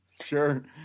sure